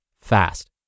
fast